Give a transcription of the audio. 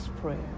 prayer